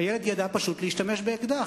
הילד ידע פשוט להשתמש באקדח,